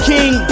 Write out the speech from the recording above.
King